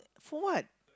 for what